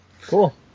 Cool